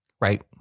Right